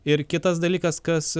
ir kitas dalykas kas